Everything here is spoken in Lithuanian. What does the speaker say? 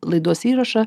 laidos įrašą